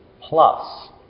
Plus